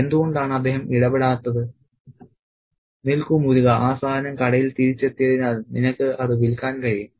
എന്തുകൊണ്ടാണ് അദ്ദേഹം ഇടപെടാത്തത് നില്ക്കു മുരുക ആ സാധനം കടയിൽ തിരിച്ചെത്തിയതിനാൽ നിനക്ക് അത് വിൽക്കാൻ കഴിയും